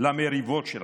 למריבות שלכם,